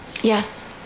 Yes